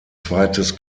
zweites